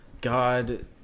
God